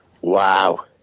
Wow